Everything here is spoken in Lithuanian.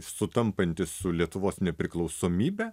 sutampanti su lietuvos nepriklausomybe